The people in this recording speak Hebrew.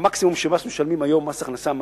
מקסימום מס ההכנסה שמשלמים היום מגיע,